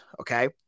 okay